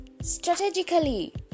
strategically